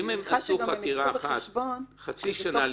אני מניחה שהם גם ייקחו בחשבון את סוף